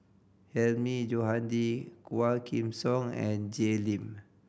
Hilmi Johandi Quah Kim Song and Jay Lim